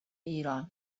ایران